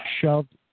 shoved